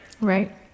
Right